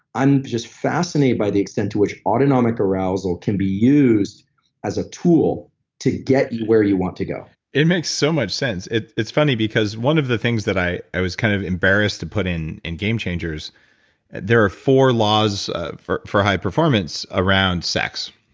i'm just fascinated by the extent to which autonomic arousal can be used as a tool to get you where you want to go it makes so much sense. it's funny, because one of the things that i i was kind of embarrassed to put in, in game changers, and there are four laws ah for for high performance around sex.